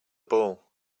ball